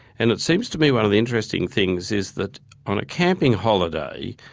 and it seems to be one of the interesting things is that on a camping holiday,